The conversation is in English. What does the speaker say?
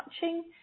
touching